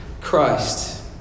Christ